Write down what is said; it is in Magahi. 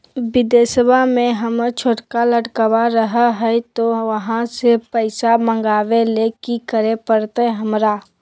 बिदेशवा में हमर छोटका लडकवा रहे हय तो वहाँ से पैसा मगाबे ले कि करे परते हमरा?